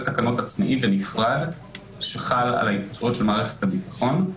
תקנות עצמאי ונפרד שחל על העסקאות של מערכת הביטחון.